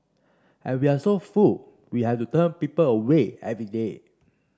and we are so full we have to turn people away every day